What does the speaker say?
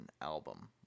album